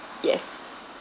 yes